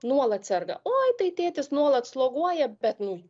nuolat serga oi tai tėtis nuolat sloguoja bet nu